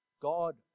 God